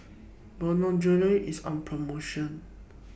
Bonjela IS on promotion